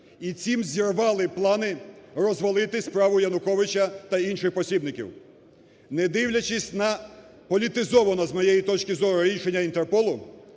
і цим зірвали плани розвалити справу Януковича та інших посібників. Не дивлячись на політизоване, з моєї точки зору, рішення Інтерполу,